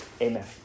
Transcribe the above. Amen